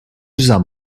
zam